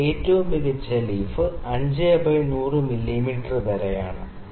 ഇവിടെ ഏറ്റവും മികച്ച ലീഫ് 5 ബൈ 100 മില്ലിമീറ്റർ വരെയാണ്